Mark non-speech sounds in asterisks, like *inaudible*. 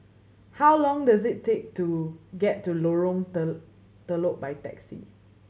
how long does it take to get to Lorong *unintelligible* Telok by taxi